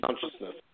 consciousness